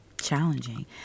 challenging